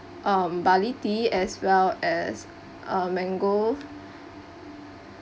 um barley tea as well as uh mango